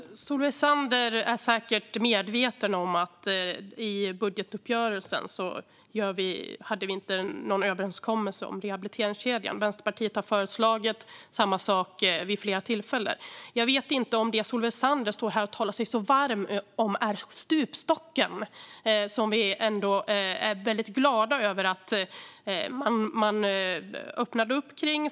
Fru talman! Solveig Zander är säkert medveten om att vi inte hade någon överenskommelse om rehabiliteringskedjan i budgetuppgörelsen. Vänsterpartiet har föreslagit samma sak vid flera tillfällen. Jag vet inte om det som Solveig Zander står här och talar sig så varm för är stupstocken, som vi är glada för att vi var med och avskaffade.